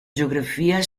geografia